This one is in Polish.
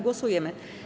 Głosujemy.